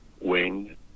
wing